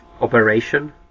operation